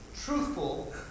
truthful